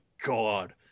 god